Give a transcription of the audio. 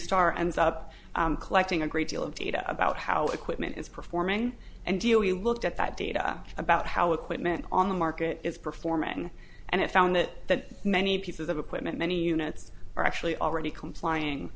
star ends up collecting a great deal of data about how equipment is performing and deal he looked at that data about how equipment on the market is performing and it found that many pieces of equipment many units are actually already complying